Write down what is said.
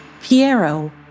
Piero